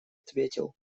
ответил